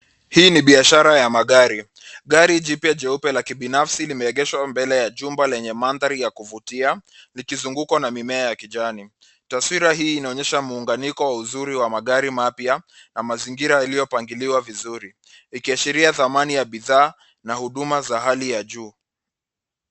Hii ni biashara ya magari; gari jipya jeupe la kibinafsi limeegeshwa mbele ya jumba lenye mandhari ya kuvutia, likizungukwa na mimea ya kijani. Taswira hii inaonyesha muunganiko wa uzuri wa magari mapya na mazingira yaliyopangiliwa vizuri, ikiashiria thamani ya bidhaa na huduma za hali ya juu.